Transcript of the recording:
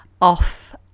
off